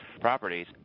properties –